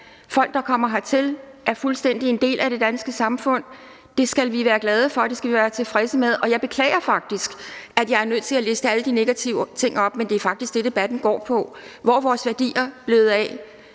folk, der kommer hertil, og som fuldstændigt er en del af det danske samfund. Det skal vi være glade for, og det skal vi være tilfredse med. Jeg beklager faktisk, at jeg er nødt til at liste alle de negative ting op, men det er faktisk det, debatten går på. Hvor er vores værdier blevet af?